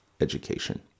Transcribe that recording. Education